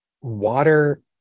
water